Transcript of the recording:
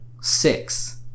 six